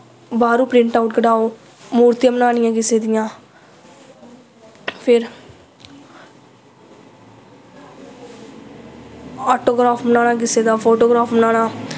बाह्रों print out कढाओ मूर्तियां बनानियां किसे दियां फिर आटोग्राफ बनाना किसे दा फोटोग्राफ बनाना